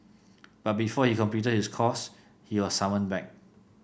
but before he completed his course he was summoned back